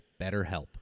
BetterHelp